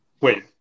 wait